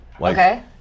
Okay